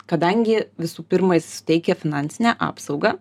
kadangi visų pirma jis suteikia finansinę apsaugą